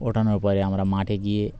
ওঠানোর পরে আমরা মাঠে গিয়ে